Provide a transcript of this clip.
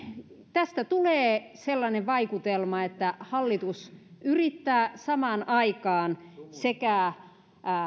tästä tulee sellainen vaikutelma että hallitus yrittää samaan aikaan sekä